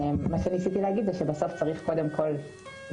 ודבר חשוב שניסיתי להגיד זה שצריך קודם כל בכלל